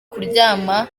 kuryama